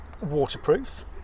waterproof